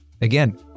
again